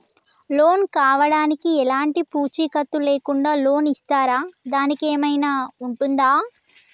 Loan కావడానికి ఎలాంటి పూచీకత్తు లేకుండా లోన్ ఇస్తారా దానికి ఏమైనా ఉంటుందా?